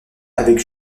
avec